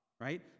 right